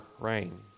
rain